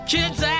Kids